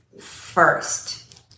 first